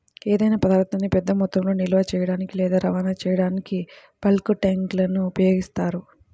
ఏదైనా పదార్థాన్ని పెద్ద మొత్తంలో నిల్వ చేయడానికి లేదా రవాణా చేయడానికి బల్క్ ట్యాంక్లను ఉపయోగిస్తారు